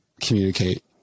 communicate